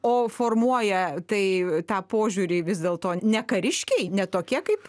o formuoja tai tą požiūrį vis dėlto ne kariškiai ne tokie kaip